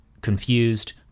confused